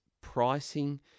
pricing